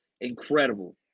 Incredible